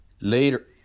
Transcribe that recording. Later